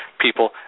people